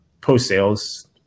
post-sales